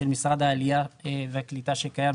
של משרד העלייה והקליטה שקיים,